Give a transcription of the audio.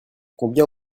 combien